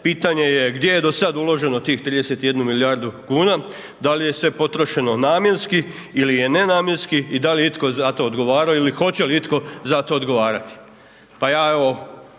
pitanje je gdje je do sada uloženo tih 31 milijardu kuna. Da li je sve potrošeno namjenski ili je nenamjenski i da li je itko za to odgovarao ili hoće li itko za to odgovarati. Pa ja evo